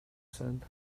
said